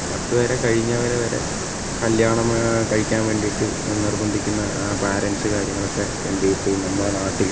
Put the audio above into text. പത്ത് വരെ കഴിഞ്ഞവരെ വരെ കല്യാണം കഴിക്കാൻ വേണ്ടിയിട്ട് നിർബന്ധിക്കുന്ന പാരൻറ്സ് കാര്യങ്ങളൊക്കെ ഉണ്ട് ഇപ്പോൾ ഈ നമ്മുടെ നാട്ടിൽ